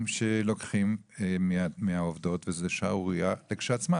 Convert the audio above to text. שלוקחים מהעובדות וזו שערורייה לכשעצמה,